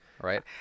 right